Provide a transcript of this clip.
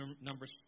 Numbers